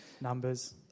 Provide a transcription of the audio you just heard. Numbers